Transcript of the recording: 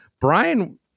Brian